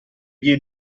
vie